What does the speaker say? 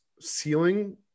ceiling